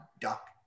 duck